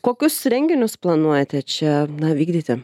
kokius renginius planuojate čia vykdyti